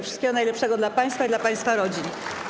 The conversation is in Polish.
Wszystkiego najlepszego dla państwa i dla państwa rodzin.